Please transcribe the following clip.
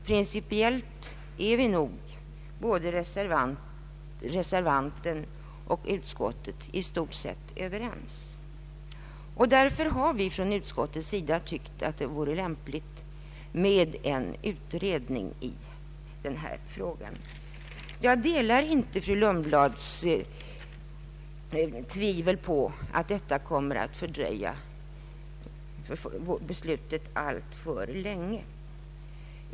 Principiellt är nog både reservanten och utskottet i stort sett överens. Därför har utskottet tyckt att det vore lämpligt med en utredning av denna fråga. Jag delar inte fru Lundblads farhågor att detta kommer att fördröja beslutet alltför länge.